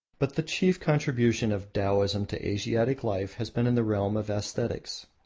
but the chief contribution of taoism to asiatic life has been in the realm of aesthetics.